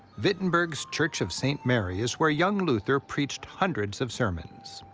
wittenberg's church of st. mary is where young luther preached hundreds of sermons.